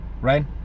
right